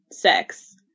sex